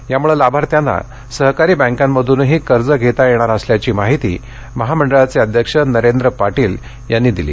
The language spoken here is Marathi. यामुळे लाभार्थ्यांना सहकारी बँकांमधनही कर्ज घेता येणार असल्याची माहिती महामंडळाचे अध्यक्ष नरेंद्र पाटील यांनी दिली